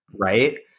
right